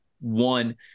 one